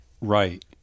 right